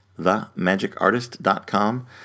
themagicartist.com